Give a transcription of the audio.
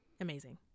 amazing